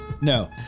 No